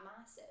massive